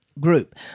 group